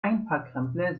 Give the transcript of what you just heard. einparkrempler